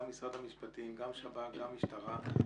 גם משרד המשפטים, גם שב"כ, גם משטרה.